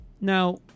Now